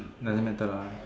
doesn't matter lah